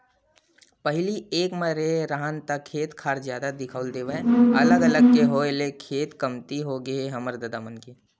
पहिली एक म रेहे राहन ता खेत खार जादा दिखउल देवय अलग अलग के होय ले खेत कमती होगे हे हमर ददा मन के